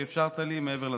על שאפשרת לי מעבר לזמן.